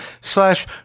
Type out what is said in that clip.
slash